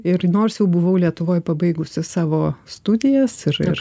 ir nors jau buvau lietuvoj pabaigusi savo studijas ir ir